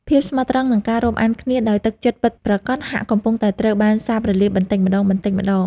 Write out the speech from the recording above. ភាពស្មោះត្រង់និងការរាប់អានគ្នាដោយទឹកចិត្តពិតប្រាកដហាក់កំពុងតែត្រូវបានសាបរលាបបន្តិចម្តងៗ។